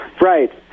right